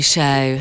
Show